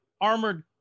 armored